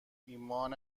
ایمان